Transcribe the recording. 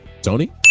Tony